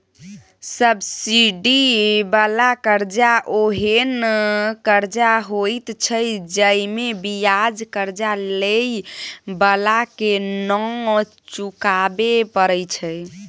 subsidy बला कर्जा ओहेन कर्जा होइत छै जइमे बियाज कर्जा लेइ बला के नै चुकाबे परे छै